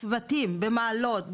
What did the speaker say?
הצוותים במעלות,